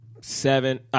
seven